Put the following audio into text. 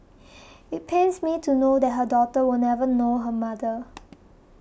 it pains me to know that her daughter will never know her mother